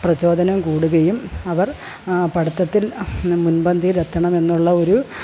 പ്രചോദനം കൂടുകയും അവർ പഠിത്തത്തിൽ മുൻപന്തിയിൽ എത്തണമെന്നുള്ള ഒരു